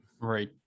Right